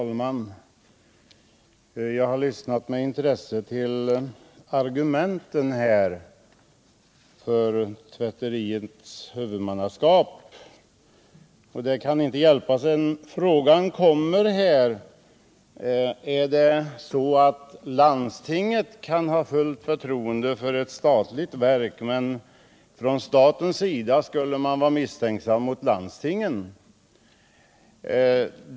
Herr talman! Jag har med intresse lyssnat på argumenten om dessa tvätteriers huvudmannaskap. Det kan inte hjälpas att jag måste ställa frågan om det är så att landstingen skall ha fullt förtroende för ett statligt verk, medan man från statens sida har anledning att vara misstänksam mot landstingen.